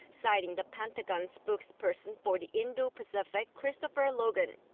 citing the pentagon's spokesperson for the indo-pacific, christopher logan.